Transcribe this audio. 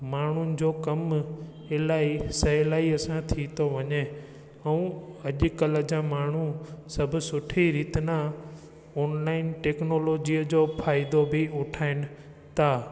माण्हुनि जो कमु इलाही सहुलाई सां थी थो वञे ऐं अॼुकल्ह जा माण्हू सभु सुठी रीति न ऑनलाइन टेक्नोलोजीअ जो फ़ाइदो बि उठाइनि था